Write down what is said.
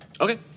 Okay